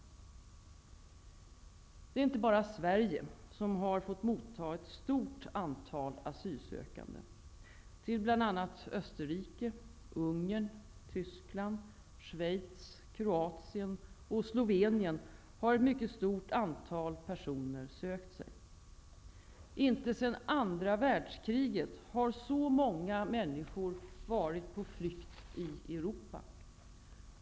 Det är inte bara Sverige som har fått motta ett stort antal asylsökande. Till bl.a. Österrike, Ungern, Tyskland, Schweiz, Kroatien och Slovenien har ett mycket stort antal personer sökt sig. Inte sedan andra världskriget har så många människor varit på flykt i Europa.